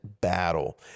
battle